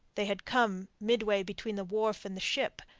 they had come midway between the wharf and the ship,